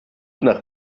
nach